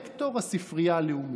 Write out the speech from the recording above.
רקטור הספרייה הלאומית.